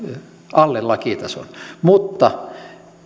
alle lakitason mutta